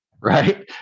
right